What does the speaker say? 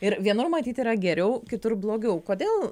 ir vienur matyt yra geriau kitur blogiau kodėl